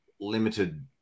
limited